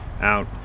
out